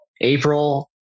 April